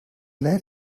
lead